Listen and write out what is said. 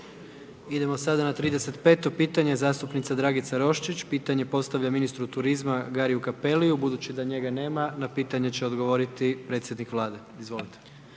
Idemo sada na 35. pitanje zastupnica Dragica Roščić pitanje postavlja ministru turizma Gariju Cappelliju, budući da njega nema na pitanje će odgovoriti predsjednik Vlade. Izvolite.